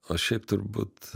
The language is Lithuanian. o šiaip turbūt